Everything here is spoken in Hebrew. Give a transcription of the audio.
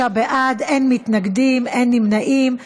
26 בעד, אין מתנגדים, אין נמנעים.